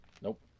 Nope